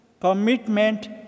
commitment